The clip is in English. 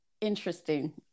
interesting